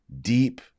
deep